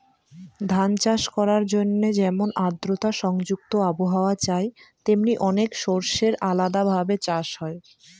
ধান চাষ করার জন্যে যেমন আদ্রতা সংযুক্ত আবহাওয়া চাই, তেমনি অনেক শস্যের আলাদা ভাবে চাষ হয়